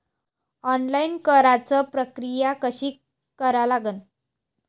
Online कराच प्रक्रिया कशी करा लागन?